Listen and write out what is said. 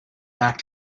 back